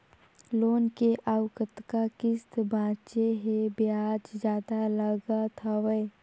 Loan के अउ कतका किस्त बांचें हे? ब्याज जादा लागत हवय,